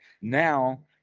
now